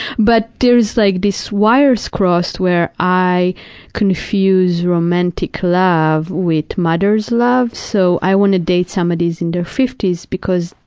but there are like this wires crossed where i confuse romantic love with mother's love, so i want to date somebody who's in their fifty s because,